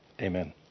amen